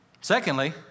Secondly